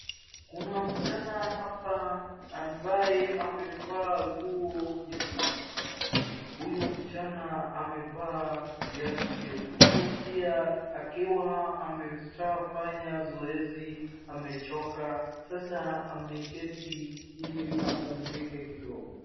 Kuna msichana hapa ambaye amevaa nguo nyekundu, Huyu msichana amevaa viatu nyekundu pia akiwa amefanya zoezi amechoka. Sasa ameketi iliampuzike kidogo.